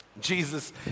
Jesus